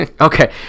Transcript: Okay